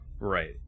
Right